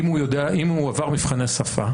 אם הוא עבר מבחני שפה?